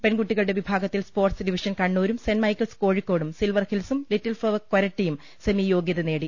പെൺകുട്ടികളുടെ വിഭാഗത്തിൽ sports division കണ്ണൂരും സെന്റ്മൈക്കിൾസ് കോഴിക്കോടും സിൽവർഹിൽസും ലിറ്റിൽഫ്ളവർ കൊരട്ടിയും സെമി യോഗൃത നേടി